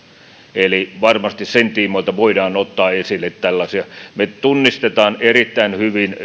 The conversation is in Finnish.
eli varmasti sen tiimoilta voidaan ottaa esille tällaisia me tunnistamme erittäin hyvin